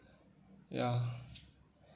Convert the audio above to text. ya